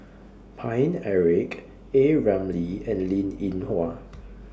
Paine Eric A Ramli and Linn in Hua